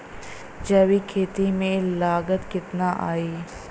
जैविक खेती में लागत कितना आई?